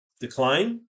decline